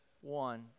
one